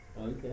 okay